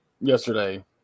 yesterday